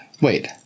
wait